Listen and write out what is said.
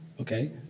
Okay